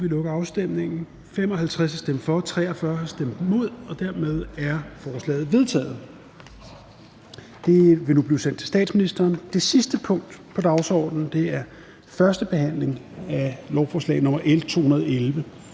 (UFG)), hverken for eller imod stemte 0. Dermed er lovforslaget vedtaget. Det vil nu blive sendt til statsministeren. --- Det sidste punkt på dagsordenen er: 2) 1. behandling af lovforslag nr. L 211: